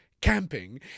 camping